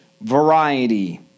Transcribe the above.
variety